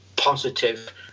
positive